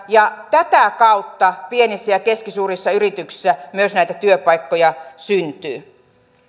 ja tätä kautta pienissä ja keskisuurissa yrityksissä myös näitä työpaikkoja syntyy